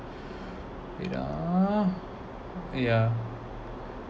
wait ah yeah